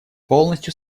полностью